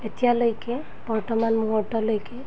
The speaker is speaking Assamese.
এতিয়ালৈকে বৰ্তমান মুহূৰ্তলৈকে